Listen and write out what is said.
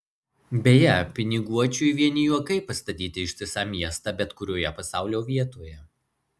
beje piniguočiui vieni juokai pastatyti ištisą miestą bet kurioje pasaulio vietoje